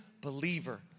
believer